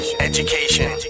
education